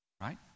right